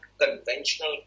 conventional